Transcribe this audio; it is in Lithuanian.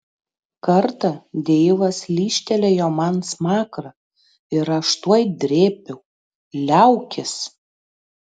kartą deivas lyžtelėjo man smakrą ir aš tuoj drėbiau liaukis